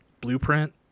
blueprint